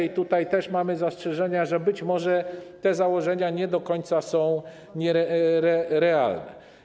I tutaj też mamy zastrzeżenia, że być może te założenia nie do końca są realne.